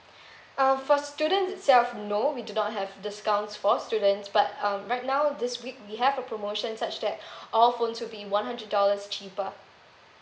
uh for student itself no we do not have discounts for students but um right now this week we have a promotion such that all phones would be one hundred dollars cheaper